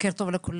בוקר טוב לכולם.